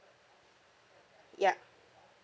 yup